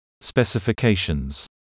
Specifications